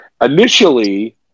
initially